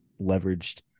leveraged